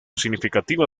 significativa